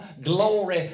glory